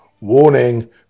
Warning